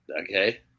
Okay